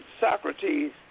Socrates